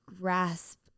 grasp